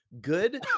good